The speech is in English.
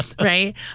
right